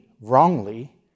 wrongly